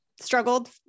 Struggled